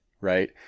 right